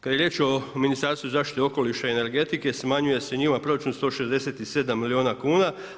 Kada je riječ o Ministarstvu zaštite okoliša i energetike smanjuje se njihov proračun 167 milijuna kuna.